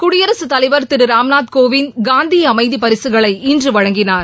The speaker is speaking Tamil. குடியரசுத் தலைவர் திரு ராம்நாத் கோவிந்த் காந்தி அமைதி பரிசுகளை இன்று வழங்கினார்